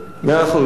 מאה אחוז.